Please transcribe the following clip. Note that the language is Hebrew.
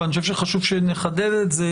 אבל אני חושב שחשוב שנחדד את זה